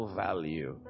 value